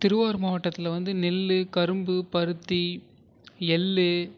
திருவாரூர் மாவட்டத்தில் வந்து நெல் கரும்பு பருத்தி எள்